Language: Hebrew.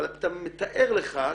אבל אתה מתאר לך,